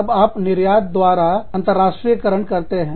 तब आप निर्यात के द्वारा अंतरराष्ट्रीय करण करते हैं